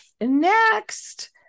Next